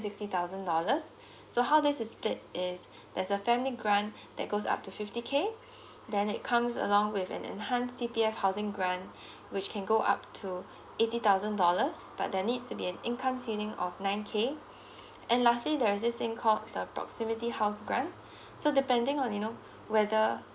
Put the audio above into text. sixty thousand dollars so how this is get is there's a family grant that goes up to fifty K then it comes along with an enhance ticket housing grant which can go up to eighty thousand dollars but there needs to be an income ceiling of nine K and lastly there's this thing called the proximity house grant so depending on you know whether